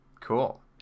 Cool